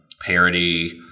parody